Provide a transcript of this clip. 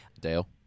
Dale